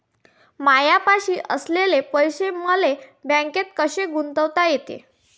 मायापाशी असलेले पैसे मले बँकेत कसे गुंतोता येते?